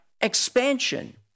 expansion